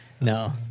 no